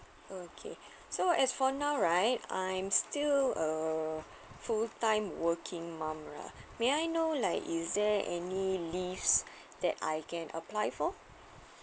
okay so as for now right I'm still a full time working mum lah may I know like is there any leaves that I can apply for